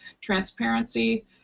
transparency